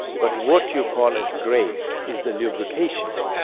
but what you call as grace is the lubrication.